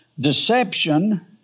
Deception